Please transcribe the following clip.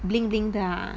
bling bling 的 ah